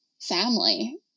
family